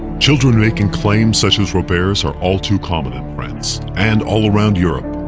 children making claims, such as robert's, are all too common in france and all around europe.